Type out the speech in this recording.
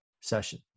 session